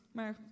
Maar